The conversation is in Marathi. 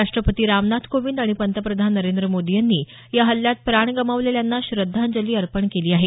राष्ट्रपती रामनाथ कोविंद आणि पंतप्रधान नरेंद्र मोदी यांनी या हल्ल्यात प्राण गमावलेल्यांना श्रद्धांजली अर्पण केली आहे